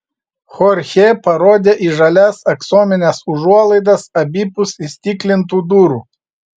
chorchė parodė į žalias aksomines užuolaidas abipus įstiklintų durų